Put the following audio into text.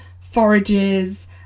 forages